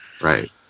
Right